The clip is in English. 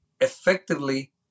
effectively